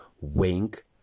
Wink